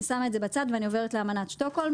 אני שמה את זה בצד ואני עוברת לאמנת שטוקהולם: